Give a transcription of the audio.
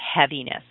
heaviness